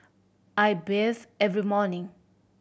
I bathe every morning